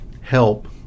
help